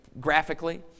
graphically